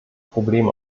probleme